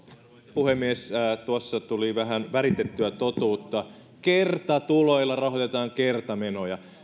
puhemies tuossa tuli vähän väritettyä totuutta kertatuloilla rahoitetaan kertamenoja